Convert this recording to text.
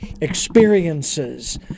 experiences